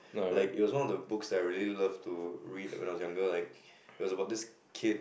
like it was one of the books that I really love to read when I was younger like it was about this kid